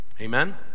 Amen